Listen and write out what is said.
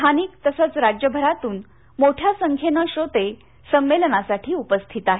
स्थानिक तसंच राज्यभरातून मोठ्या संख्येनं श्रोते संमेलनासाठी उपस्थित आहेत